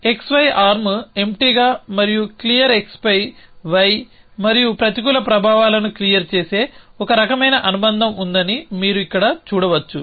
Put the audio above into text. xy arm ఎంప్టీగా మరియు clear x పై y మరియు ప్రతికూల ప్రభావాలను క్లియర్ చేసే ఒక రకమైన అనుబంధం ఉందని మీరు ఇక్కడ చూడవచ్చు